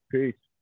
Peace